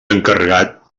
encarregat